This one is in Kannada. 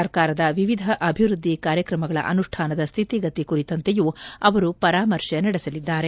ಸರ್ಕಾರದ ವಿವಿಧ ಅಭಿವ್ಯದ್ಲಿ ಕಾರ್ಯಕ್ರಮಗಳ ಅನುಷ್ಲಾನದ ಸ್ತಿತಿಗತಿ ಕುರಿತಂತೆಯೂ ಅವರು ಪರಾಮರ್ಶೆ ನಡೆಸಲಿದ್ದಾರೆ